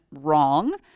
wrong